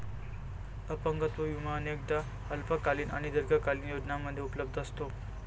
अपंगत्व विमा अनेकदा अल्पकालीन आणि दीर्घकालीन योजनांमध्ये उपलब्ध असतो